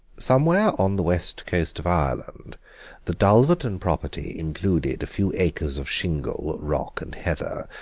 somewhere on the west coast of ireland the dulverton property included a few acres of shingle, rock, and heather,